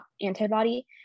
antibody